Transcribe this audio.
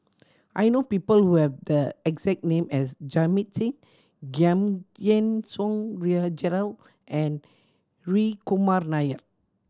I know people who have the exact name as Jamit Singh Giam Yean Song Gerald and Hri Kumar Nair